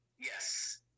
Yes